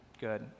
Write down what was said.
Good